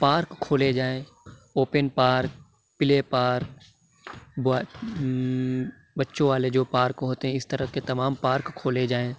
park کھولے جائیں open park play park boy بچوں والے جو پارک ہوتے ہیں اِس طرح کے تمام پارک کھولے جائیں